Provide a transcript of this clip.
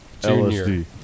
LSD